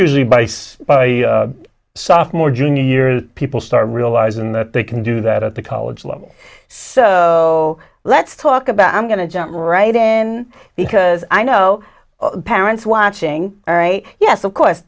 usually by some by sophomore junior year that people start realizing that they can do that at the college level so let's talk about i'm going to jump right in because i know parents watching all right yes of course